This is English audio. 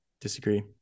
Disagree